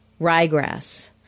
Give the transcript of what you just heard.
ryegrass